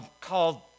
called